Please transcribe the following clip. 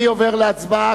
אני עובר להצבעה,